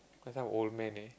quite some old man eh